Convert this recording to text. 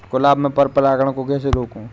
गुलाब में पर परागन को कैसे रोकुं?